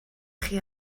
chi